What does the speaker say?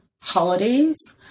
holidays